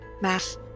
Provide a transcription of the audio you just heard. Math